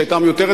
שהיתה מיותרת,